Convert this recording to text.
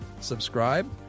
Subscribe